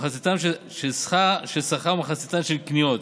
כשמחציתן על שכר וכמחציתן על קניות.